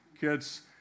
kids